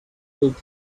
old